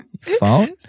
phone